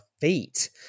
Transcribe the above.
feet